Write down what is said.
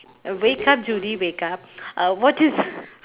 wake up Judy wake up uh what is